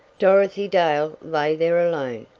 dorothy dale lay there alone,